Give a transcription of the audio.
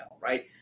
right